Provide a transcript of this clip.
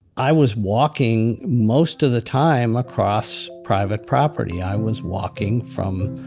i was walking most of the time across private property i was walking from